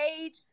age